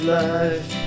life